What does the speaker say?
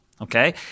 okay